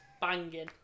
banging